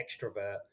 extrovert